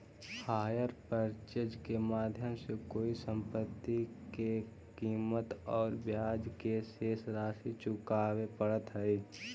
hire purchase के माध्यम से कोई संपत्ति के कीमत औउर ब्याज के शेष राशि चुकावे पड़ऽ हई